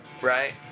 right